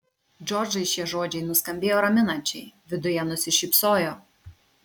džordžai šie žodžiai nuskambėjo raminančiai viduje nusišypsojo